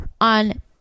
on